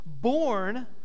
born